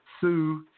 Sue